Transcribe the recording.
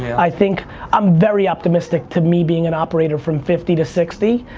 i think i'm very optimistic to me being an operator from fifty to sixty.